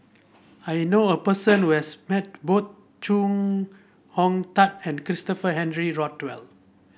I know a person who has met both Chong Hong Tat and Christopher Henry Rothwell